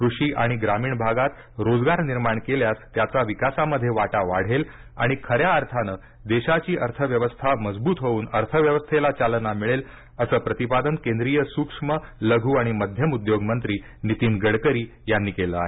कृषी आणि ग्रामीण भागात रोजगार निर्माण केल्यास त्याचा विकासामध्ये वाटा वाढेल आणि खऱ्या अर्थान देशाची अर्थव्यवस्था मजबूत होऊन अर्थव्यवस्थेला चालना मिळेल असं प्रतिपादन केंद्रीय सूक्ष्म लघ्र आणि मध्यम उद्योगमंत्री नितीन गडकरी यांनी केलं आहे